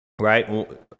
right